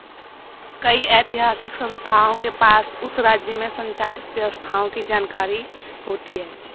कई ऐतिहासिक संस्थाओं के पास उस राज्य में संचालित व्यवसायों की जानकारी होती है